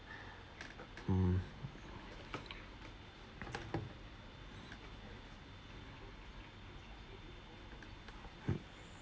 mm